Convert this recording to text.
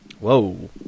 Whoa